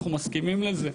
אנחנו מסכימים לזה,